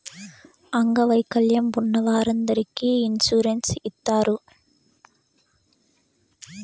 అంగవైకల్యం ఉన్న వారందరికీ ఇన్సూరెన్స్ ఇత్తారు